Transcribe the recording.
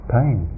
pain